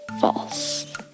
false